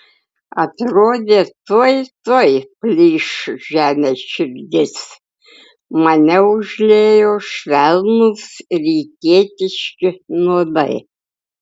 atrodė tuoj tuoj plyš žemės širdis mane užliejo švelnūs rytietiški nuodai